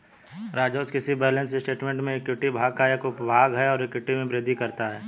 राजस्व किसी balance statement में इक्विटी भाग का एक उपभाग है और इक्विटी में वृद्धि करता है